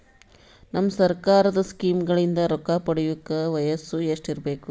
ನಮ್ಮ ಸರ್ಕಾರದ ಸ್ಕೀಮ್ಗಳಿಂದ ರೊಕ್ಕ ಪಡಿಯಕ ವಯಸ್ಸು ಎಷ್ಟಿರಬೇಕು?